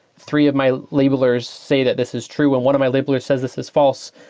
three of my labelers say that this is true and one of my labeler says this is false.